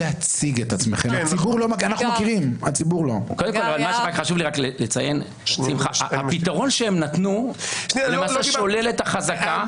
חשוב לי לציין שהפתרון שהם נתנו שולל את החזקה,